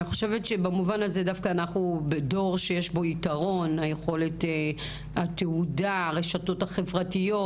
במובן הזה אנחנו בדור שיש בו יתרון ליכולת התהודה ברשתות החברתיות.